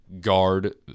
guard